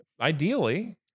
Ideally